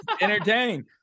entertaining